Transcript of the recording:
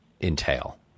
entail